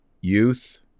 youth